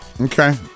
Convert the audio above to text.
Okay